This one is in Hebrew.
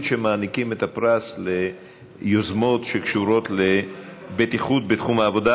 שמעניקים את הפרס ליוזמות שקשורות לבטיחות בתחום העבודה.